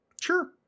Sure